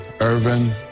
Irvin